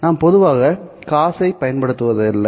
நாம் பொதுவாக cos ஐப் பயன்படுத்துவதில்லை